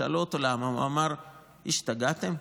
שאלו אותו למה, והוא אמר: השתגעתם?